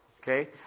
Okay